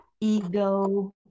ego